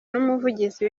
n’umuvugizi